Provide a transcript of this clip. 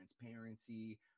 transparency